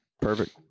perfect